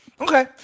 Okay